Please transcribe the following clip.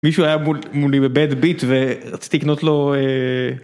מישהו היה מולי בבד ביט ורציתי לקנות לו